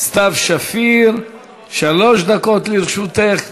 סתיו שפיר, שלוש דקות לרשותך.